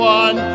one